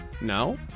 No